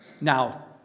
Now